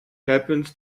happens